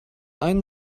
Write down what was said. einen